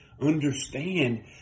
understand